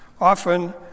often